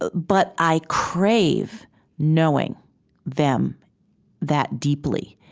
but but i crave knowing them that deeply.